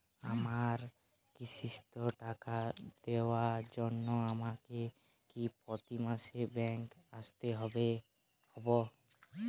আমার কিস্তির টাকা দেওয়ার জন্য আমাকে কি প্রতি মাসে ব্যাংক আসতে হব?